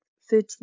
food